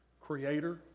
creator